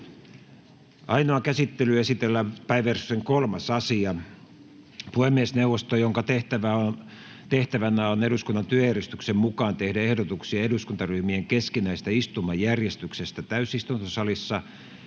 Ainoaan käsittelyyn esitellään päiväjärjestyksen 3. asia. Puhemiesneuvosto, jonka tehtävänä on eduskunnan työjärjestyksen mukaan tehdä ehdotuksia eduskuntaryhmien keskinäisestä istumajärjestyksestä täysistuntosalissa,